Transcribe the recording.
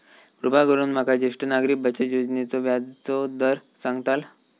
कृपा करून माका ज्येष्ठ नागरिक बचत योजनेचो व्याजचो दर सांगताल